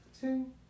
Two